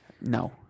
No